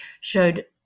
showed